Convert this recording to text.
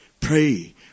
pray